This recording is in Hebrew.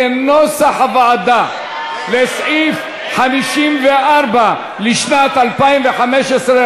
על סעיף 54 לשנת 2015,